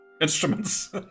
instruments